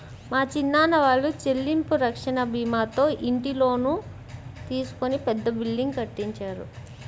మా చిన్నాన్న వాళ్ళు చెల్లింపు రక్షణ భీమాతో ఇంటి లోను తీసుకొని పెద్ద బిల్డింగ్ కట్టించారు